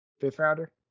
Fifth-rounder